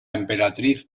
emperatriz